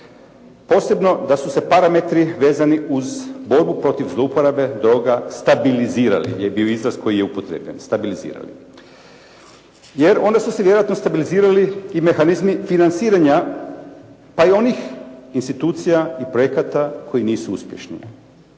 gdje je bio izraz koji je upotrijebljen, stabilizirali. Jer onda su se vjerojatno stabilizirali i mehanizmi financiranja pa i onih institucija i projekata koji nisu uspješni.